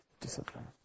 discipline